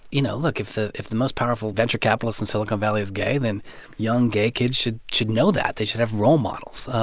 you know, look, if the if the most powerful venture capitalist in and silicon valley is gay, then young gay kids should should know that. they should have role models.